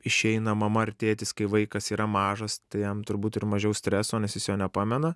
išeina mama ar tėtis kai vaikas yra mažas tai jam turbūt ir mažiau streso nes jis jo nepamena